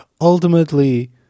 ultimately